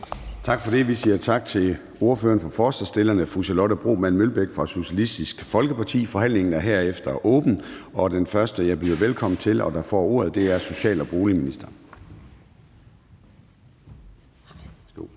Gade): Vi siger tak til ordføreren for forslagsstillerne, fru Charlotte Broman Mølbæk fra Socialistisk Folkeparti. Forhandlingen er herefter åbnet, og den første, jeg byder velkommen til og giver ordet, er social- og boligministeren.